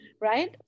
right